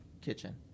kitchen